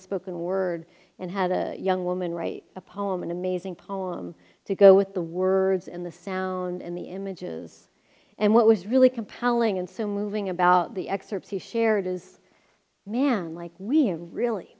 spoken word and had a young woman write a poem an amazing poem to go with the words and the sound and the images and what was really compelling and so moving about the excerpts you shared is man like we're really